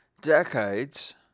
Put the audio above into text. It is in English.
Decades